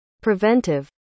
Preventive